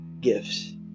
gifts